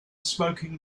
smoking